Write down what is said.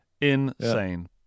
insane